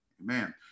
amen